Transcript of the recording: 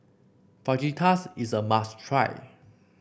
fajitas is a must try